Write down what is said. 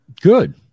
Good